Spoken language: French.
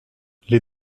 les